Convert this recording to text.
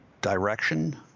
direction